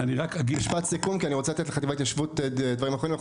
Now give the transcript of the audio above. משפט סיכום כי אני רוצה לתת לחטיבה להתיישבות דברים אחרונים.